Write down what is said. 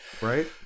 Right